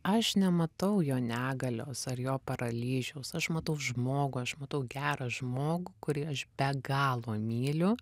aš nematau jo negalios ar jo paralyžiaus aš matau žmogų aš matau gerą žmogų kurį aš be galo myliu